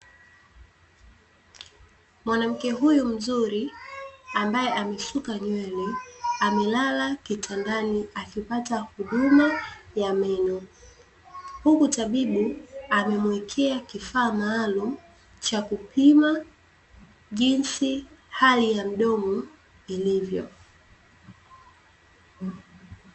Mwanamke huyu mzuri, ambaye amesuka nywele, amelala kitandani akipata huduma ya meno, huku tabibu, amemuwekea kifaa maalum chakupima jinsi hali ya mdomo ilivyo.